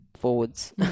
forwards